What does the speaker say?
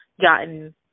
gotten